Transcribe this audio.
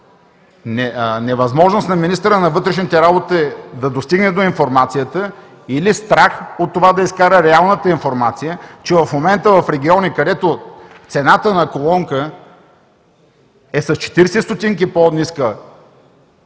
невъзможност на министъра на вътрешните работи да достигне до информацията или страх от това да изкара реалната информация, че в момента в региони, където цената на колонка е с 40 стотинки по-ниска,